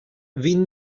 vint